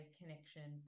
connection